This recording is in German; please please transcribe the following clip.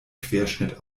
querschnitt